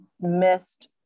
missed